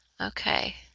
okay